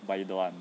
but you don't want